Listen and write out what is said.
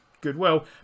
goodwill